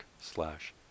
slash